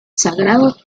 sagrado